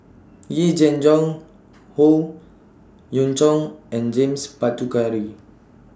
Yee Jenn Jong Howe Yoon Chong and James Puthucheary